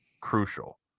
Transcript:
crucial